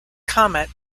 comment